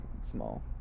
small